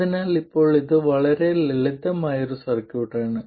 അതിനാൽ ഇപ്പോൾ ഇത് വളരെ ലളിതമായ ഒരു സർക്യൂട്ട് ആണ്